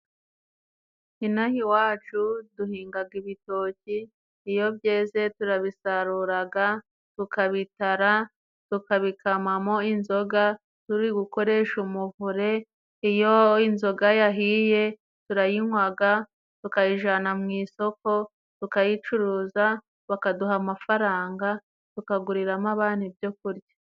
Ino aha iwacu duhingaga ibitoki, iyo byeze turabisaruraga, tukabitara, tukabikamamo inzoga turi gukoresha umuvure, iyo inzoga yahiye turayinywaga, tukayijana mu isoko tukayicuruza bakaduha amafaranga, tukaguriramo abana ibyo kurya.